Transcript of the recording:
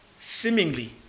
seemingly